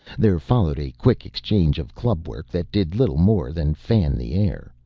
there followed a quick exchange of club-work that did little more than fan the air,